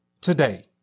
today